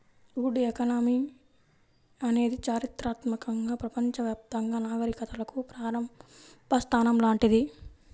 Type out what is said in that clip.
would economy అనేది చారిత్రాత్మకంగా ప్రపంచవ్యాప్తంగా నాగరికతలకు ప్రారంభ స్థానం లాంటిది